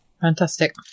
fantastic